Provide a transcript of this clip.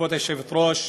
כבוד היושבת-ראש,